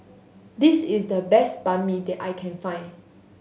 this is the best Banh Mi that I can find